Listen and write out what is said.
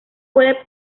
puede